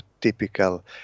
typical